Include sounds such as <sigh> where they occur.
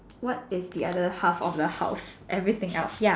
what is the other half of the house everything <noise> else ya